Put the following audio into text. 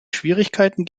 schwierigkeiten